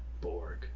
Borg